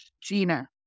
Gina